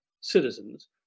citizens